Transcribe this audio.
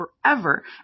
forever